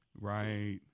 Right